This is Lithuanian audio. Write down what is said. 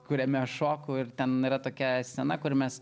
kuriame aš šoku ir ten yra tokia scena kur mes